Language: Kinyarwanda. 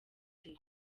bye